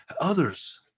Others